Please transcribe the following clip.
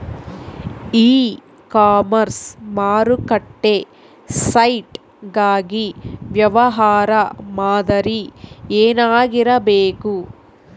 E commerce ಮಾರುಕಟ್ಟೆ site ಗಾಗಿ ವ್ಯವಹಾರ ಮಾದರಿ ಏನಾಗಿರಬೇಕು?